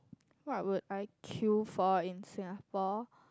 what would I queue for in Singapore